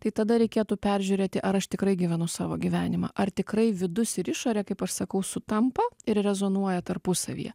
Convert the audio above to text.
tai tada reikėtų peržiūrėti ar aš tikrai gyvenu savo gyvenimą ar tikrai vidus ir išorė kaip aš sakau sutampa ir rezonuoja tarpusavyje